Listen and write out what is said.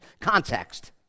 context